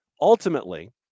Ultimately